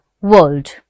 world